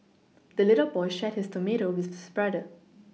the little boy shared his tomato with his brother